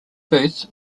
booth